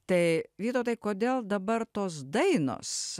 tai vytautai kodėl dabar tos dainos